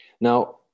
Now